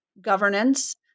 governance